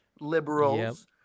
liberals